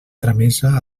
tramesa